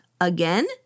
Again